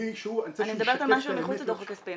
אני מדברת על משהו מחוץ לדוח הכספי.